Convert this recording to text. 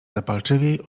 zapalczywiej